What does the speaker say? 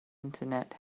internet